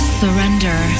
surrender